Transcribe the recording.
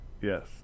Yes